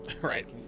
Right